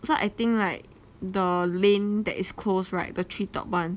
so I think like the lane that is closed right the treetop [one]